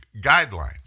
guidelines